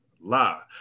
la